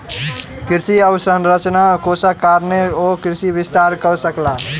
कृषि अवसंरचना कोषक कारणेँ ओ कृषि विस्तार कअ सकला